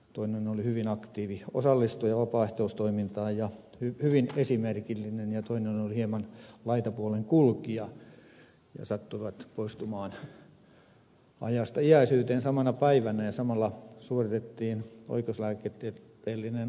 toinen oli hyvin aktiivi osallistuja vapaaehtoistoimintaan ja hyvin esimerkillinen ja toinen oli hieman laitapuolen kulkija ja sattuivat poistumaan ajasta iäisyyteen samana päivänä ja samalla aikaa suoritettiin oikeuslääketieteellinen avaus